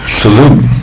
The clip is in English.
salute